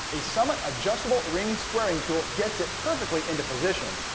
a summit adjustable ring squaring tool gets it perfectly into position,